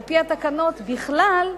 על-פי התקנות בכלל,